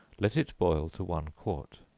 let it boil to one quart